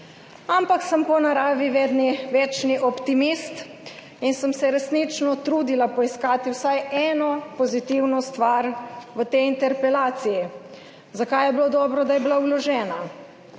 Ampak sem po naravi večni optimist in sem se resnično trudila poiskati vsaj eno pozitivno stvar v tej interpelaciji, zakaj je bilo dobro, da je bila vložena.